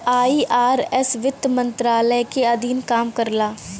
IRS वित्त मंत्रालय के अधीन काम करला